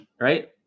Right